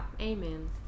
amen